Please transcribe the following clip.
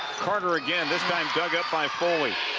carter again this time dug up by foley